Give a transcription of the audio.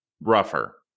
rougher